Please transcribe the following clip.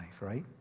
right